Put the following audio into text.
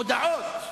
מודעות להעסקה,